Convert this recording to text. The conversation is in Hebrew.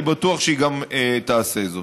אני בטוח שהיא גם תעשה זאת.